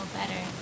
better